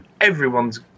Everyone's